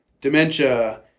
dementia